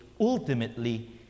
ultimately